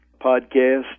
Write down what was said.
podcast